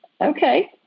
Okay